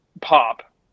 pop